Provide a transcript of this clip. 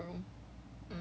your breakout room